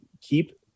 keep